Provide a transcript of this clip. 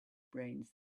brains